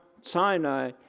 Sinai